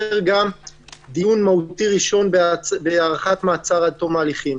גם דיון מהותי ראשון בהארכת מעצר עד תום ההליכים.